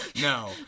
No